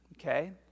okay